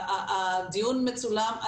הדיון מצולם,